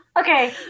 Okay